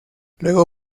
luego